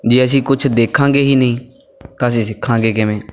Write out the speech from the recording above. ਜੇ ਅਸੀਂ ਕੁਛ ਦੇਖਾਂਗੇ ਹੀ ਨਹੀਂ ਤਾਂ ਅਸੀਂ ਸਿੱਖਾਂਗੇ ਕਿਵੇਂ